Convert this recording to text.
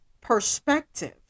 perspective